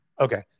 Okay